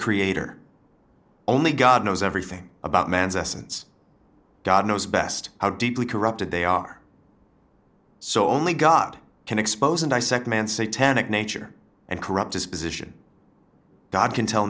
creator only god knows everything about man's essence god knows best how deeply corrupted they are so only god can expose him dissect man say tannic nature and corrupt his position doc can tell